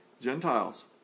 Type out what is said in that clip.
gentiles